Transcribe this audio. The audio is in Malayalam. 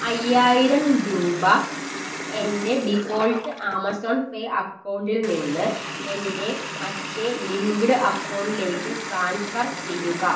അയ്യായിരം രൂപ എൻ്റെ ഡിഫോൾട്ട് ആമസോൺ പേ അക്കൗണ്ടിൽ നിന്ന് എൻ്റെ മറ്റേ ലിങ്ക്ഡ് അക്കൗണ്ടിലേക്ക് ട്രാൻസ്ഫർ ചെയ്യുക